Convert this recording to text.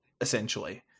essentially